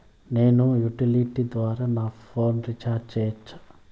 నేను యుటిలిటీ ద్వారా నా ఫోను రీచార్జి సేయొచ్చా?